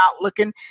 looking